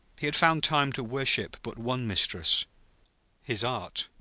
he had found time to worship but one mistress his art.